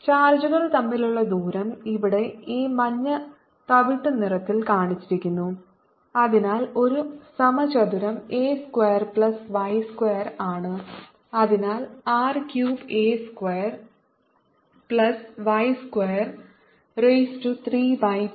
ചാർജുകൾ തമ്മിലുള്ള ദൂരം ഇവിടെ ഈ മഞ്ഞ തവിട്ടുനിറത്തിൽ കാണിച്ചിരിക്കുന്നു അതിനാൽ ഒരു സമചതുരo a square plus y square ആണ് അതിനാൽ r cubed a square plus y square raise to 3 by 2